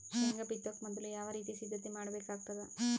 ಶೇಂಗಾ ಬಿತ್ತೊಕ ಮೊದಲು ಯಾವ ರೀತಿ ಸಿದ್ಧತೆ ಮಾಡ್ಬೇಕಾಗತದ?